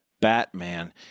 Batman